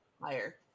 higher